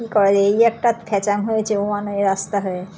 কী করা যায় এই একটা ফ্যাচাং হয়েছে ও ওয়ান ওয়ে রাস্তা হয়ে